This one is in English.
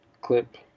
clip